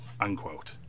unquote